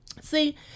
See